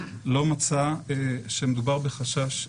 לא מצא שמדובר בחשש מבוסס.